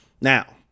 Now